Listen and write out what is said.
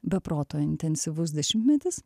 be proto intensyvus dešimtmetis